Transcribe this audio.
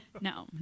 No